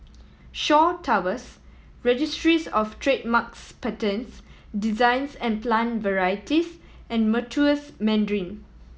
Shaw Towers Registries Of Trademarks Patents Designs and Plant Varieties and Meritus Mandarin